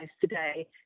today